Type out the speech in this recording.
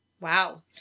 Wow